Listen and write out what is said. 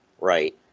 right